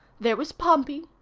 there was pompey.